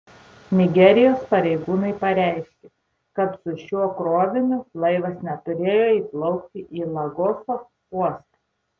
nigerijos pareigūnai pareiškė kad su šiuo kroviniu laivas neturėjo įplaukti į lagoso uostą